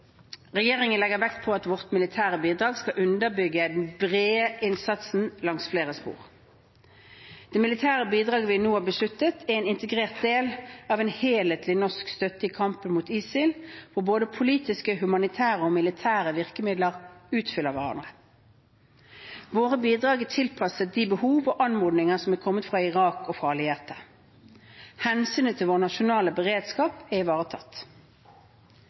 Regjeringen legger vekt på at vårt militære bidrag skal underbygge den brede innsatsen langs flere spor. Det militære bidraget vi nå har besluttet, er en integrert del av en helhetlig norsk støtte i kampen mot ISIL, hvor både politiske, humanitære og militære virkemidler utfyller hverandre. Våre bidrag er tilpasset de behov og anmodninger som er kommet fra Irak og fra allierte. Hensynet til vår nasjonale beredskap er ivaretatt.